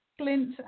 glint